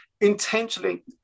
intentionally